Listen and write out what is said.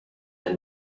the